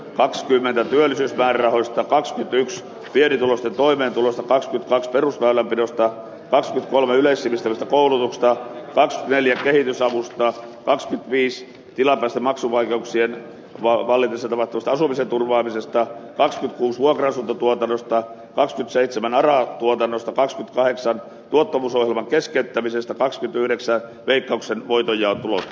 kakskymmentä työllisyysmäärärahoista kans yks pienituloisten toimeentulo tauski perusväylänpidosta asti kolme yleissivistävä koulusta joka neljäs kehitysavusta taas viisi tilapäisten maksuvaikeuksien paavali tavatuista asumisen turvaamisesta asti kun suarezin tuotannosta kakskytseitsemänaraa tuotannosta pois parissa tuottavuusohjelman keskeyttämisestä pas tylsää veikkauksen voittaja ole